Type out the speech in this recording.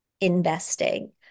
investing